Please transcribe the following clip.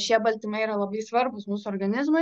šie baltymai yra labai svarbūs mūsų organizmui